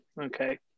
Okay